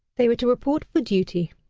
they were to report for duty.